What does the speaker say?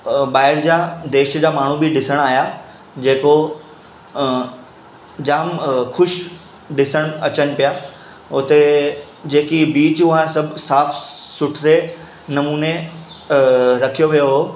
ॿाहिरि जा देश जा माण्हू बि ॾिसणु आया जेको अं जाम अं ख़ुशि ॾिसणु अचनि पिया उते जेकी बीच हुआ सभु साफ़ु सुथरे नमूने रखियो वियो हो